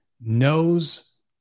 knows